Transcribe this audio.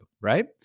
right